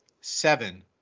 Seven